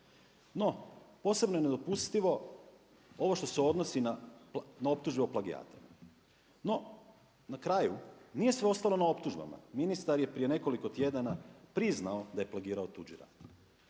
No, posebno je nedopustivo ovo što se odnosi na optužbe o plagijatima. No, na kraju nije sve ostalo na optužbama. Ministar je prije nekoliko tjedan priznao da je plagirao tuđi rad.